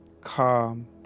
calm